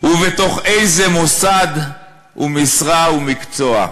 ובתוך איזה מוסד / ומשרה / ומקצוע.